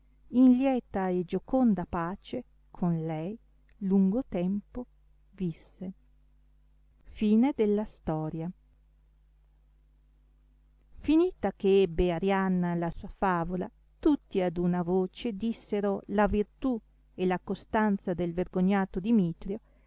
in lieta e gioconda pace con lei lungo tempo visse finita che ebbe arianna la sua favola tutti ad una voce dissero la virtù e la costanza del vergognato dimitrio